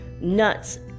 nuts